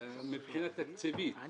מבחינה תקציבית את